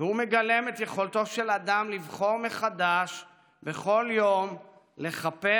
והוא מגלם את יכולתו של אדם לבחור מחדש בכל יום לכפר,